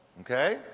okay